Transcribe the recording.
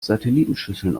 satellitenschüsseln